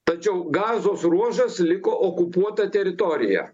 tačiau gazos ruožas liko okupuota teritorija